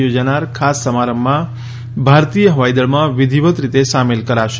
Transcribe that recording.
યોજાનાર ખાસ સમારંભમાં ભારતીય હવાઈદળમાં વિધિવત રીતે સામેલ કરાશે